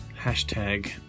hashtag